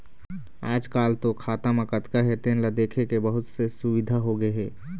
आजकाल तो खाता म कतना हे तेन ल देखे के बहुत से सुबिधा होगे हे